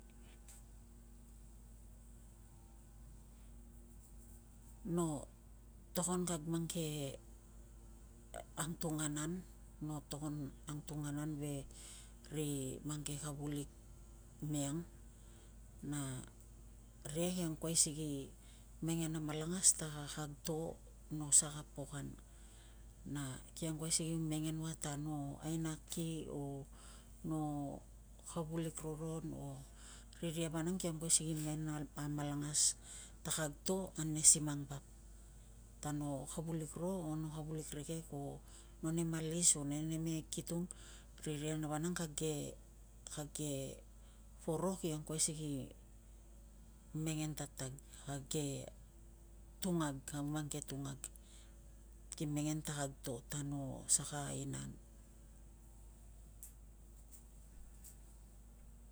no togon kag mang ke angtunganan no togon angtunganan ve ri mang ke kavulik miang na ria ki angkuai si ki mengen amalangas ta kag to no saka pok an na ki angkuai si ki mengen ua ta no aina ki, o no kavulik roron o, riria vanang ki angkuai si ki mengen amalangas ta kag to ane si mang vap, ta no kavulik ro o, no kavulik rikek o, no nem alis o no nem neikitung riria vanang kag ke poro ki angkuai si mengen tatag. Kag ke tungag, kag mang ke tungag ki mengen ta kag to ta no saka aina an.